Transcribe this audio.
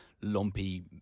lumpy